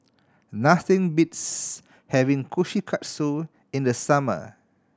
nothing beats having Kushikatsu in the summer